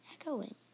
Echoing